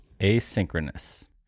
Asynchronous